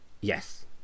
Yes